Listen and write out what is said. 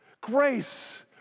Grace